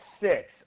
six